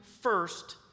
first